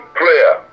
prayer